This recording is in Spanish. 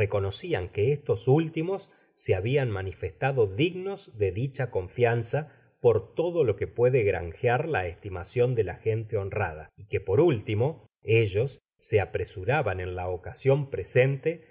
reconocían que estos últimos se habian manifestado dignos de dicha confianza por todo lo que puede grangear la estimacion de la gente honrada y que por último ellos se apresuraban en la ocasion presente